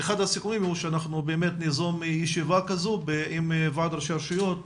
אחד הסיכומים הוא שאנחנו באמת ניזום ישיבה כזו עם ועד ראשי הרשויות,